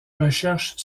recherches